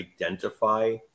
identify